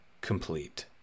complete